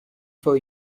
for